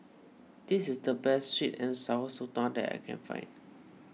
this is the best Sweet and Sour Sotong that I can find